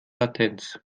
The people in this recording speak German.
latenz